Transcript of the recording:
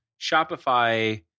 Shopify